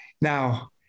Now